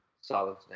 Solid